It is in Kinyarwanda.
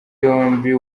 yombi